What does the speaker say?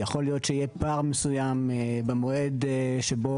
יכול להיות שיהיה פער מסוים במועד שבו